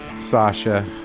Sasha